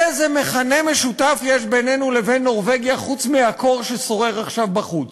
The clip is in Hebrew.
איזה מכנה משותף יש בינינו לבין נורבגיה חוץ מהקור ששורר עכשיו בחוץ?